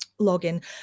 login